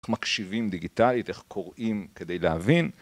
איך מקשיבים דיגיטלית, איך קוראים כדי להבין.